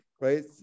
right